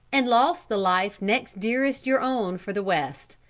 and lost the life next dearest your own for the west.